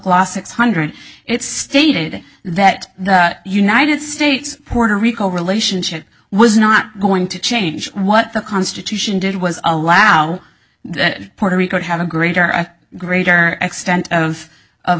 law six hundred it's stated that the united states puerto rico relationship was not going to change what the constitution did was allow puerto rico to have a greater and greater extent of of